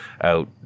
out